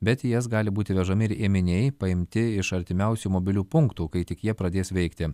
bet į jas gali būti vežami ir ėminiai paimti iš artimiausių mobilių punktų kai tik jie pradės veikti